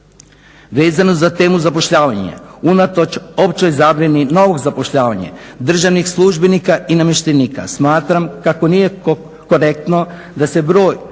Vezano za temu zapošljavanje, unatoč općoj zabrani novog zapošljavanja državnih službenika i namještenika, smatram kako nije korektno da se broj